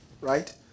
right